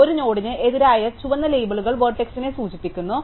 അതിനാൽ ഒരു നോഡിന് എതിരായ ചുവന്ന ലേബലുകൾ വെർട്ടെക്സിനെ സൂചിപ്പിക്കുന്നു